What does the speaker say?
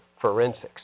forensics